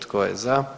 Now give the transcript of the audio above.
Tko je za?